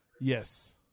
Yes